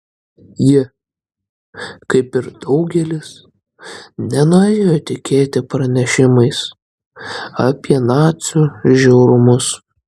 ji kaip ir daugelis nenorėjo tikėti pranešimais apie nacių žiaurumus